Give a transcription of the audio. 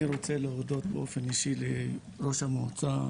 אני רוצה להודות באופן אישי לראש המועצה,